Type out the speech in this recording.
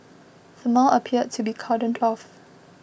the mall appeared to be cordoned off